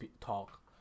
talk